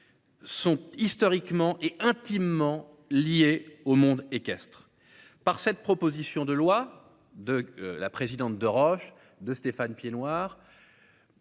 Sont historiquement est intimement liés au monde équestre par cette proposition de loi de la présidente de Roche de Stéphane Piednoir.